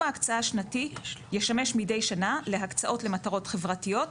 ההקצאה השנתי ישמש מדי שנה להקצאות למטרות חברתיות,